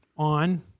on